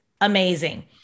amazing